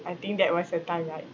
I think that was the time right